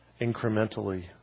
incrementally